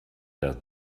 der